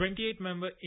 28-member